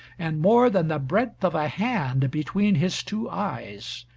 and more than the breadth of a hand between his two eyes,